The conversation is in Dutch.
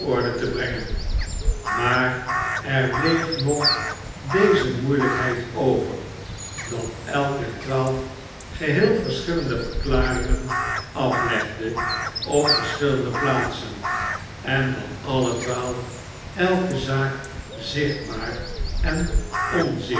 orde te brengen maar er bleef nog deze moeilykheid over dat elk der twaalf geheel verschillende verklaringen aflegde op verschillende plaatsen en dat alle twaalf elke zaak zichtbaar en